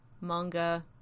manga